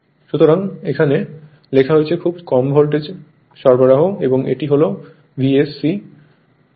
সুতরাং এখানে লেখা হয়েছে খুব কম ভোল্টেজ সরবরাহ এবং এটি হল Vs c